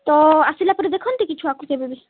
ତ ଆସିଲା ପରେ ଦେଖନ୍ତି କି ଛୁଆକୁ କେବେ ବି